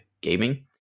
Gaming